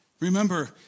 Remember